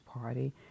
Party